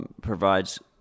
Provides